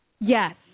Yes